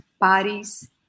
parties